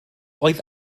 oedd